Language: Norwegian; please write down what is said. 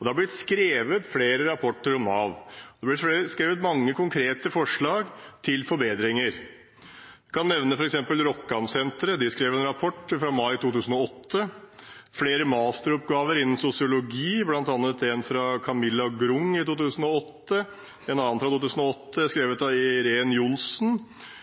Det har blitt skrevet flere rapporter om Nav. Det har blitt skrevet mange konkrete forslag til forbedringer. Jeg kan nevne f.eks. Rokkansenteret, som skrev en rapport datert i mai 2008. Det er flere masteroppgaver innen sosiologi, bl.a. en fra Camilla Grung i 2008, og en annen fra 2008